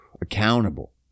accountable